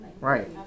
Right